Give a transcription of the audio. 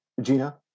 Gina